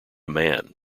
man